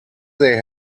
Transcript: they